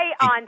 on